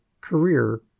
career